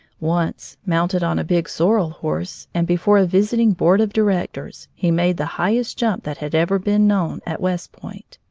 once, mounted on a big sorrel horse, and before a visiting board of directors, he made the highest jump that had ever been known at west point.